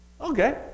Okay